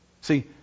See